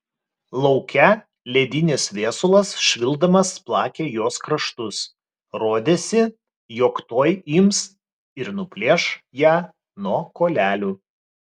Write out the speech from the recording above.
lauke ledinis viesulas švilpdamas plakė jos kraštus rodėsi jog tuoj ims ir nuplėš ją nuo kuolelių